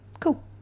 Cool